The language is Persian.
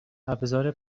ابزار